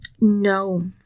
no